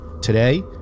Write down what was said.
Today